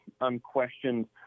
unquestioned